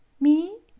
me?